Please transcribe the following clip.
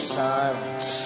silence